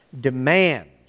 demands